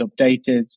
updated